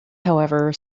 however